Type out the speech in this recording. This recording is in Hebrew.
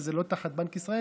שזה לא תחת בנק ישראל,